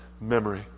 memory